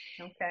Okay